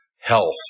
health